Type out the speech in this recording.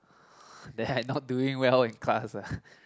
that I not doing well in class ah